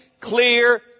clear